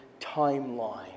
timeline